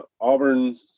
Auburn